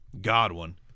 Godwin